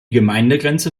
gemeindegrenze